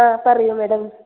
ആ പറയൂ മേഡം